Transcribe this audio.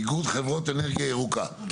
איגוד חברת אנרגיה ירוקה, בבקשה.